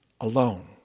alone